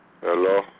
Hello